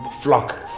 flock